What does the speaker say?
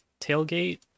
tailgate